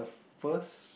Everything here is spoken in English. first